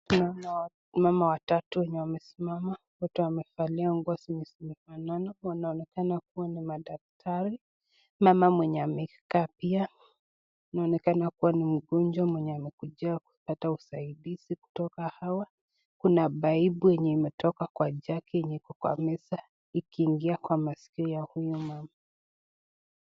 Tunaona mama watatu wenye wamesimama, wote wamevalia nguo zenye zinafanana. Wanaonekana kuwa ni madaktari. Mama mwenye amekaa pia inaonekana kuwa ni mgonjwa mwenye amekujia kupata usaidizi kutoka hawa. Kuna paipu yenye imetoka kwa jagi yenye iko kwa meza, ikiingia kwa masikio ya huyu mama.